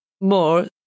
more